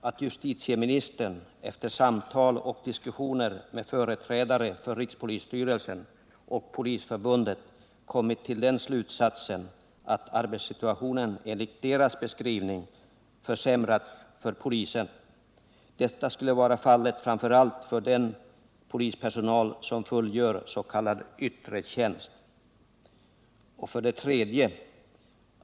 Att justitieministern efter samtal och diskussioner med företrädare för rikspolisstyrelsen och Polisförbundet kommit till den slutsatsen att arbetssituationen enligt deras beskrivning försämrats för polisen. Detta skulle vara fallet framför allt för den polispersonal som fullgör s.k. yttre tjänst. 3.